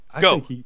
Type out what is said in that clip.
Go